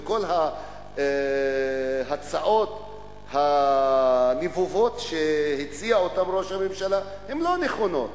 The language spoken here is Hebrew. כל ההצעות הנבובות שהציע ראש הממשלה לא נכונות,